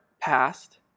past